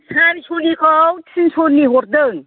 सारिस'निखौ थिनस'नि हरदों